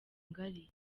ngari